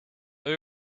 out